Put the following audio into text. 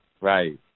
Right